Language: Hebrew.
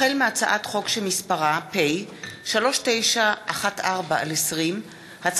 החל בהצעת חוק פ/3914/20 וכלה בהצעת חוק פ/3944/20,